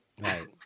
Right